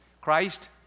Christ